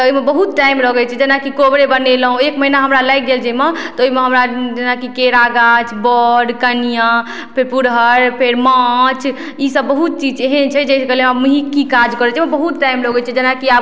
तऽ ओइमे बहुत टाइम लगय छै जेना कि कोहबरे बनेलहुँ एक महीना हमरा लागि गेल जैमे तऽ ओइमे हमरा जेना कि केरा गाछ वर कनियाँ फेर पुरहर फेर माछ इसब बहुत चीज एहन छै जैके लिये मेंहिकी काज करय छै ओइमे बहुत टाइम लगय छै जेना कि आब